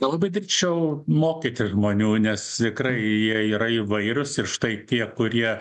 nelabai drįsčiau mokyti žmonių nes tikrai jie yra įvairūs ir štai tie kurie